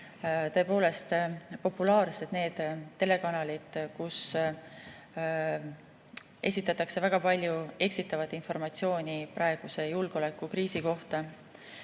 tõepoolest populaarsed need telekanalid, kus esitatakse väga palju eksitavat informatsiooni praeguse julgeolekukriisi kohta.